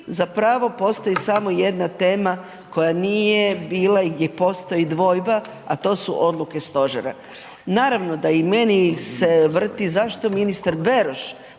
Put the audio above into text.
zapravo postoji samo jedna tema koja nije bila i gdje postoji dvojba, a to su odluke stožera. Naravno da i meni se vrti zašto ministar Beroš,